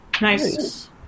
nice